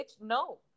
no